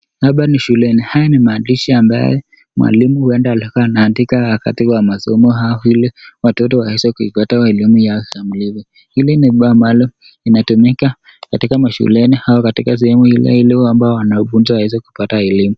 Hapa ni shule, haya ni maandishi ambayo mwalimu huwenda anaandika wakati wa masomo hao vile watoto weweze kupata elimu yao, hili ni ubao ambao inatumika katika mashuleni au katika sehemu ambayo wanafunzi wanaweza kupata elimu.